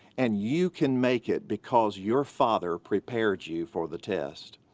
and you can make it because your father prepared you for the test.